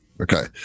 Okay